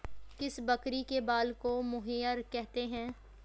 किस बकरी के बाल को मोहेयर कहते हैं?